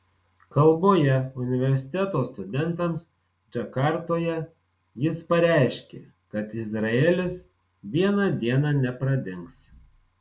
kalboje universiteto studentams džakartoje jis pareiškė kad izraelis vieną dieną nepradings